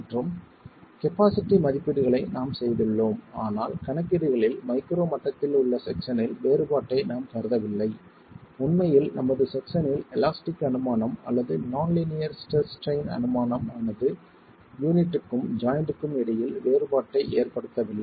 மற்றும் கபாஸிட்டி மதிப்பீடுகளை நாம் செய்துள்ளோம் ஆனால் கணக்கீடுகளில் மைக்ரோ மட்டத்தில் உள்ள செக்சனில் வேறுபாட்டை நாம் கருதவில்லை உண்மையில் நமது செக்சனில் எலாஸ்டிக் அனுமானம் அல்லது நான் லீனியர் ஸ்ட்ரெஸ் ஸ்ட்ரைன் அனுமானம் ஆனது யூனிட்க்கும் ஜாயிண்ட்க்கும் இடையில் வேறுபாட்டை ஏற்படுத்தவில்லை